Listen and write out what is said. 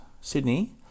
Sydney